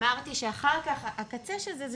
אמרתי שאחר כך הקצה של זה,